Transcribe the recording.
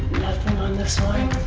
on this one.